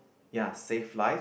ya save lives